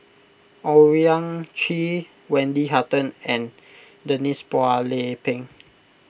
Owyang Chi Wendy Hutton and Denise Phua Lay Peng